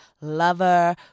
lover